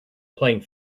playing